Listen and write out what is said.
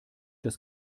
des